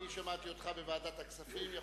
שמעתי אותך בוועדת הכספים.